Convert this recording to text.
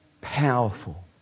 powerful